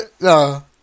no